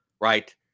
Right